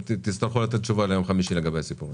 תצטרכו לענות תשובה ביום חמישי לגבי העניין הזה.